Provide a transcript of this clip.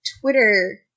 Twitter